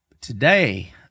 Today